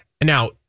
Now